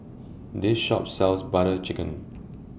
This Shop sells Butter Chicken